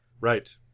right